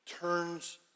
turns